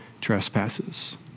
trespasses